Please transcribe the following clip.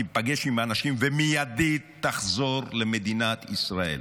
תיפגש עם האנשים ומיידית תחזור למדינת ישראל,